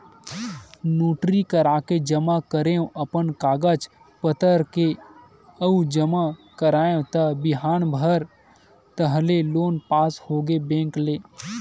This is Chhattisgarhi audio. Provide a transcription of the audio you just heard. नोटरी कराके जमा करेंव अपन कागज पतर के अउ जमा कराएव त बिहान भर ताहले लोन पास होगे बेंक ले